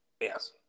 Yes